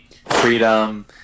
freedom